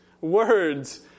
words